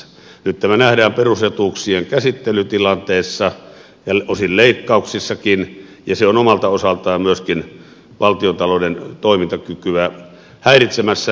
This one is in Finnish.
nyt tämä nähdään perusetuuksien käsittelytilanteessa ja osin leikkauksissakin ja se on omalta osaltaan myöskin valtiontalouden toimintakykyä häiritsemässä